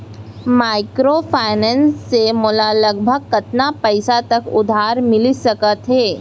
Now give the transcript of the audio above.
Microfinance से मोला लगभग कतना पइसा तक उधार मिलिस सकत हे?